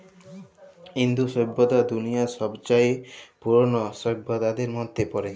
ইন্দু সইভ্যতা দুলিয়ার ছবচাঁয়ে পুরল সইভ্যতাদের মইধ্যে পড়ে